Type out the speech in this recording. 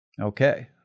Okay